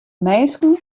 minsken